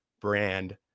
Brand